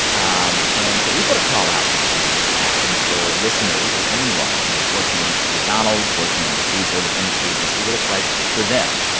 um and so we put a call out this week asking for listeners or anyone who was working in mcdonald's, working in the food service industry to see what it's like for them.